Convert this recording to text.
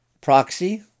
Proxy